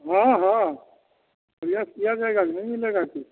हाँ हाँ प्रयास किया जाएगा कि नहीं मिलेगा कैसे